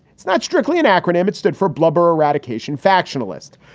it's not strictly an acronym. it stood for blubber eradication factional list.